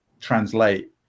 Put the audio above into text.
translate